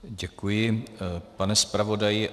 Děkuji, pane zpravodaji.